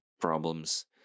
problems